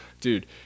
Dude